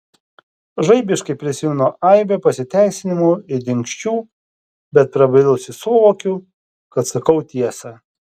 žaibiškai prisimenu aibę pasiteisinimų ir dingsčių bet prabilusi suvokiu kad sakau tiesą